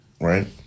right